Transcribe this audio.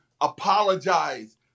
apologize